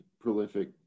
prolific